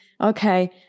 okay